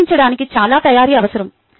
నవీకరించడానికి చాలా తయారీ అవసరం